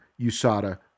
USADA